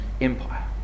Empire